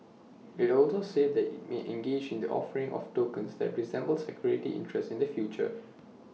IT also said that IT may engage in the offering of tokens that resemble security interests in the future